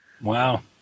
Wow